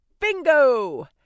Bingo